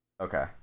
Okay